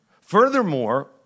Furthermore